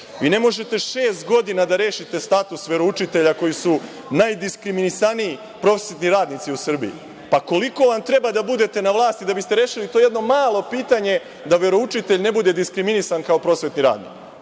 ne možete šest godina da rešite status veroučitelja koji su najdiskriminisaniji prosvetni radnici u Srbiji. Pa, koliko vam treba da budete na vlasti da biste rešili to jedno malo pitanje, da veroučitelj ne bude diskriminisan kao prosvetni radnik,